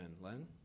Len